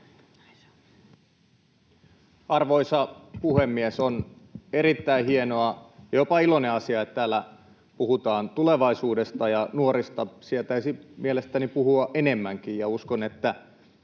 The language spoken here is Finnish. Arvoisa puhemies! On erittäin hienoa ja jopa iloinen asia, että täällä puhutaan tulevaisuudesta ja nuorista. Sietäisi mielestäni puhua enemmänkin, ja uskon, että